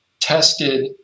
tested